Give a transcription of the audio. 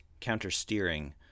counter-steering